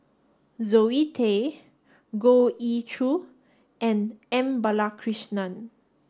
Zoe Tay Goh Ee Choo and M Balakrishnan